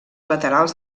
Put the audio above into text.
laterals